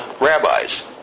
rabbis